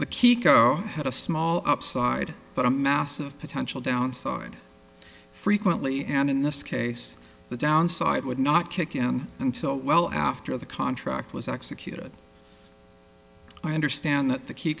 kiko had a small upside but a massive potential downside frequently and in this case the downside would not kick in until well after the contract was executed i understand that the k